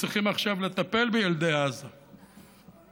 שצריכים עכשיו לטפל בילדי עוטף עזה.